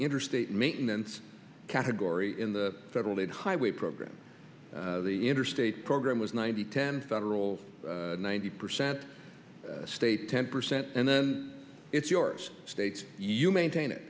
interstate maintenance category in the federal aid highway program the interstate program was ninety ten federal ninety percent state ten percent and then it's yours states you maintain it